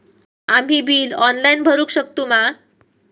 आम्ही bill online भरुक शकतू मा?